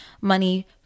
money